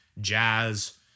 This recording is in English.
jazz